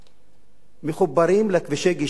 הם מחוברים לכבישי גישה, לרשת חשמל,